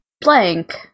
Blank